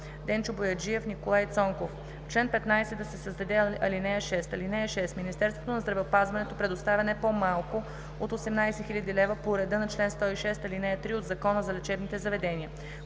Денчо Бояджиев, Николай Цонков: „В чл. 15, да се създаде ал. 6: „(6) Министерството на здравеопазването предоставя не по-малко от 18 000,0 хил. лв. по реда на чл. 106, ал. 3 от Закона за лечебните заведения“.“